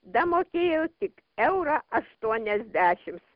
damokėjo tik eurą aštuoniasdešim